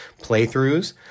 playthroughs